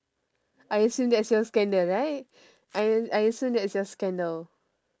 I assume that's your scandal right I I assume that's your scandal